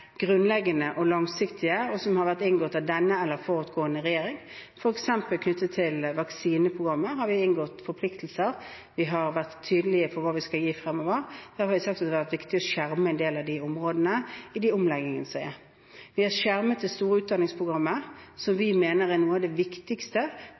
grunnleggende og langsiktige, og som har vært inngått av denne eller forutgående regjering. For eksempel knyttet til vaksineprogrammer har vi inngått forpliktelser, vi har vært tydelige på hva vi skal gi fremover, og da har jeg sagt at det har vært viktig å skjerme en del av de områdene i omleggingene. Vi har skjermet det store utdanningsprogrammet som vi mener er noe av det viktigste